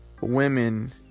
women